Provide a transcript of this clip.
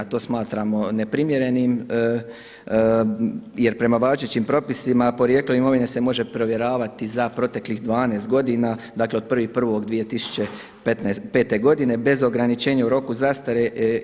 To smatramo neprimjerenim, jer prema važećim propisima porijeklo imovine se može provjeravati za proteklih 12 godina, dakle od 1.1.2005. godine bez ograničenja u roku zastare.